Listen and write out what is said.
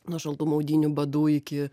nuo šaltų maudynių badų iki